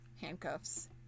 handcuffs